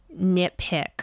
nitpick